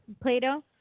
Plato